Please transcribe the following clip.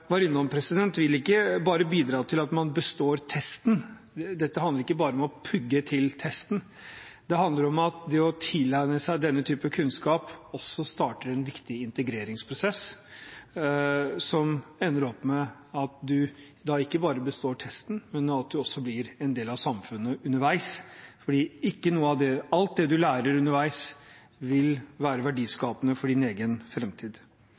vil ikke bare bidra til at man består testen. Dette handler ikke bare om å pugge til testen. Det handler om at det å tilegne seg denne typen kunnskap også starter en viktig integreringsprosess, som ender opp med at man ikke bare består testen, men også at man blir en del av samfunnet underveis, for alt man lærer underveis, vil være verdiskapende for ens egen